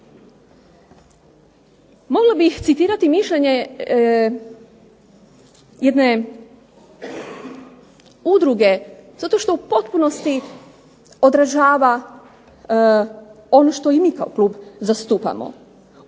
Mogla bih citirati mišljenje jedne udruge, zato što u potpunosti odražava ono što i mi kao klub zastupamo.